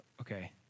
okay